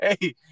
Hey